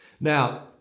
Now